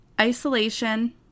isolation